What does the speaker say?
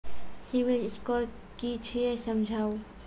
Civil score कि छियै समझाऊ?